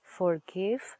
forgive